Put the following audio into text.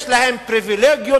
יש להם פריווילגיות,